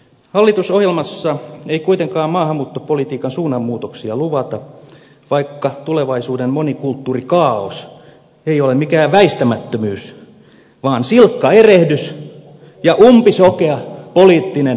hallitusohjelmassa ei kuitenkaan maahanmuuttopolitiikan suunnanmuutoksia luvata vaikka tulevaisuuden monikulttuurikaaos ei ole mikään väistämättömyys vaan silkka erehdys ja umpisokea poliittinen valinta